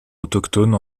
autochtone